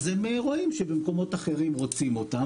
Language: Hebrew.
אז הם רואים שבמקומות אחרים רוצים אותם